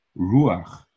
Ruach